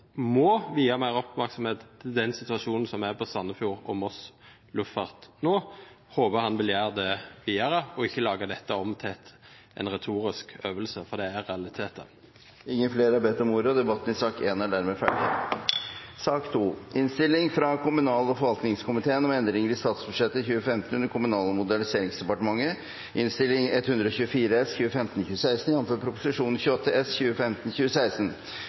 må vie mer oppmerksomhet til den situasjonen som er ved Sandefjord og Moss lufthavner nå. Jeg håper at han vil gjøre det videre og ikke lage dette om til en retorisk øvelse – for dette er realiteter. Flere har ikke bedt om ordet til sak nr. 1. Ingen har bedt om ordet. Ingen har bedt om ordet. Ingen har bedt om